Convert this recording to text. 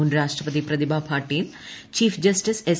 മുൻ രാഷ്ട്രപതി Pratibha Patil chief justice S